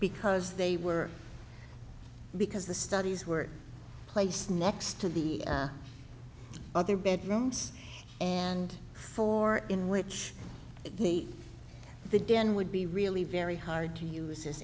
because they were because the studies were placed next to the other bedrooms and four in which the den would be really very hard to use as